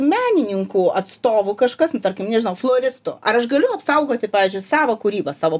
menininkų atstovų kažkas nu tarkim nežinau floristų ar aš galiu apsaugoti pavyzdžiui savo kūrybą savo